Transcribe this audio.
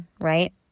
right